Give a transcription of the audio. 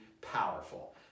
powerful